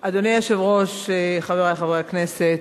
אדוני היושב-ראש, חברי חברי הכנסת,